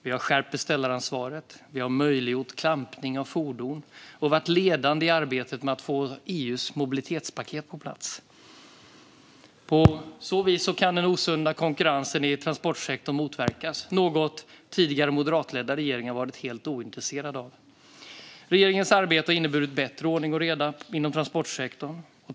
Vi har skärpt beställaransvaret, möjliggjort klampning av fordon och varit ledande i arbetet med att få EU:s mobilitetspaket på plats. På så vis kan den osunda konkurrensen i transportsektorn motverkas, något tidigare moderatledda regeringar varit helt ointresserade av. Regeringens arbete har inneburit bättre ordning och reda inom transportsektorn.